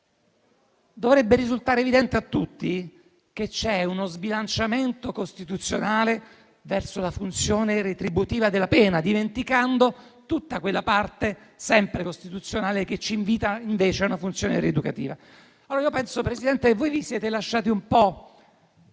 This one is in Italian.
Dovrebbe risultare evidente a tutti che c'è uno sbilanciamento costituzionale verso la funzione retributiva della pena, dimenticando tutta la parte, sempre costituzionale, che ci invita invece a una funzione rieducativa. Signor Presidente, io penso voi vi siate lasciati